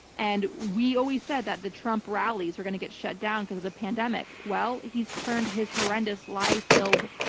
and we always said that the trump rallies are going to get shut down because of the pandemic. well, he's turned his horrendous like lie-filled,